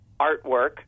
artwork